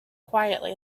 quietly